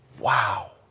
Wow